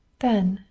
then,